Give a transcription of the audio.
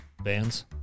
bands